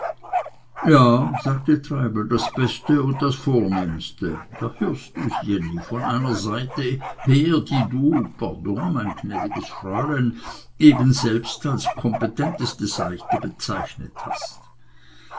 ja sagte treibel das beste und das vornehmste da hörst du's jenny von einer seite her die du pardon mein gnädigstes fräulein eben selbst als kompetenteste seite bezeichnet hast